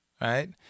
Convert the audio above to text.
right